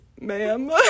Ma'am